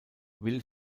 will